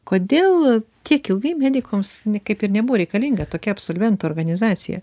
kodėl tiek ilgai medikams ne kaip ir nebuvo reikalinga tokia absolventų organizacija